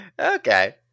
Okay